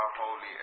holy